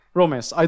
romance